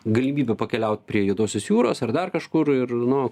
galimybė pakeliaut prie juodosios jūros ar dar kažkur ir nu